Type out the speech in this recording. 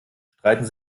streiten